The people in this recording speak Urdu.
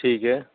ٹھیک ہے